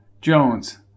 Jones